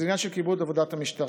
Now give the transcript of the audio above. זה עניין של כיבוד עבודת המשטרה.